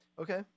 Okay